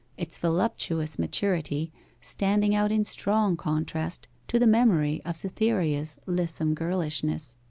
its voluptuous maturity standing out in strong contrast to the memory of cytherea's lissom girlishness.